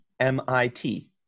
M-I-T